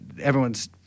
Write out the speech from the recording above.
everyone's